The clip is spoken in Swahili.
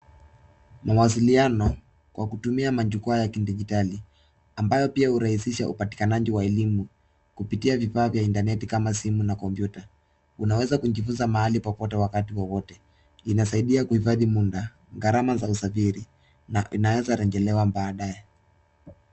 Mawasiliano kwa kutumia majukwaa ya kidijitali ambayo pia hurahisisha upatikananji wa elimu kupitia vifaa vya intaneti kama simu na kompyuta, unaweza kujifunza mahali popote wakati wowote. Inasaidia kuhifadhi muda, gharama za usafiri na inaweza rejelewa baadae.